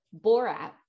Borat